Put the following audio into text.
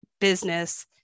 business